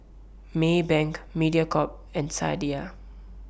Maybank Mediacorp and Sadia